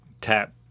tap